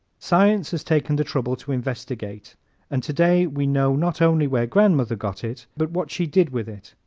science has taken the trouble to investigate and today we know not only where grandmother got it but what she did with it.